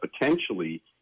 potentially